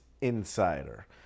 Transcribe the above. Insider